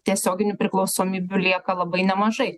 tiesioginių priklausomybių lieka labai nemažai